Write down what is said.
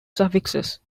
suffixes